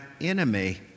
enemy